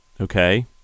Okay